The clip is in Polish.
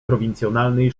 prowincjonalnej